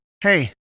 Hey